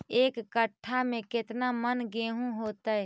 एक कट्ठा में केतना मन गेहूं होतै?